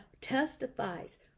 testifies